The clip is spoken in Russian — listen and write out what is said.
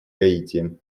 гаити